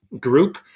group